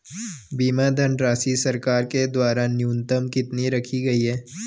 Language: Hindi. बीमा धनराशि सरकार के द्वारा न्यूनतम कितनी रखी गई है?